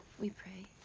we pray.